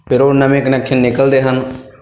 ਫਿਰ ਉਹ ਨਵੇਂ ਕਨੈਕਸ਼ਨ ਨਿਕਲਦੇ ਹਨ